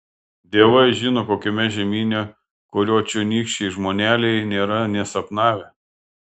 dievai žino kokiame žemyne kurio čionykščiai žmoneliai nėra nė sapnavę